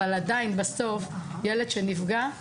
אבל עדיין בסוף ילד שנפגע,